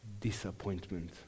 disappointment